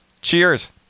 Cheers